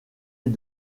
est